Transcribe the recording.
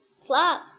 club